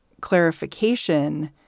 clarification